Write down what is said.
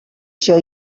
się